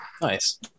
Nice